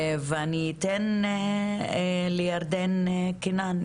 אני אתן לירדן קינן,